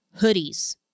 hoodies